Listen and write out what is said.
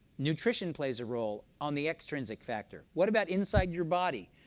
nutrition plays a role on the extrinsic factor. what about inside your body?